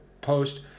post